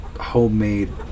homemade